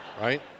right